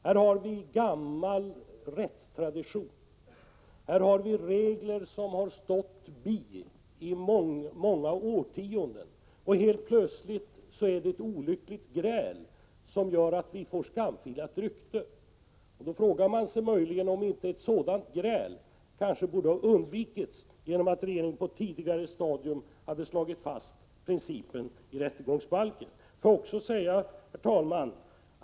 Här har vi gammal rättstradition, här har vi regler som har stått bi i många årtionden, och helt plötsligt är det ett olyckligt gräl som gör att vi får skamfilat rykte. Då frågar man sig om inte möjligen ett sådant gräl borde ha undvikits genom att regeringen på ett tidigare stadium hade slagit fast principen i rättegångsbalken. Herr talman!